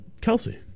Kelsey